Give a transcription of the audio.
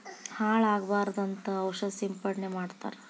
ಹಾಳ ಆಗಬಾರದಂತ ಔಷದ ಸಿಂಪಡಣೆ ಮಾಡ್ತಾರ